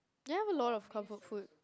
you have a lot of comfort food